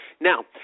Now